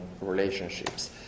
relationships